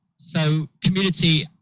so, community,